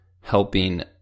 helping